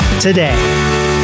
today